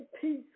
peace